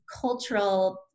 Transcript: cultural